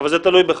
אבל זה תלוי בך.